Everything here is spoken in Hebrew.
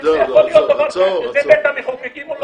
איך יכול להיות דבר כזה, זה בית המחוקקים או לא?